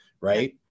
right